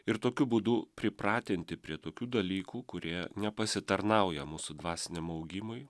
ir tokiu būdu pripratinti prie tokių dalykų kurie nepasitarnauja mūsų dvasiniam augimui